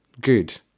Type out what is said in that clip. good